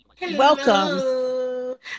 Welcome